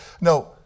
No